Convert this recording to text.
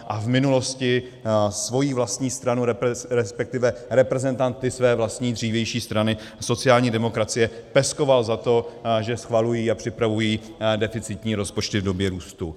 A v minulosti svoji vlastní stranu, resp. reprezentanty své vlastní dřívější strany sociální demokracie peskoval za to, že schvalují a připravují deficitní rozpočty v době růstu.